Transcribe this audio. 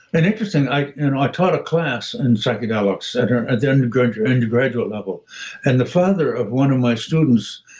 and interesting, i ah taught a class in psychedelics at the undergraduate undergraduate level and the father of one of my students